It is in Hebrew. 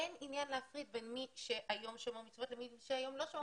אין עניין להפריד בין מי שהיום שומר מסורת לבין מי שהיום לא שומר מסורת.